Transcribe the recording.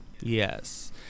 Yes